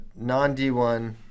non-D1